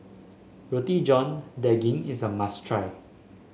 Roti John Daging is a must try